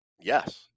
Yes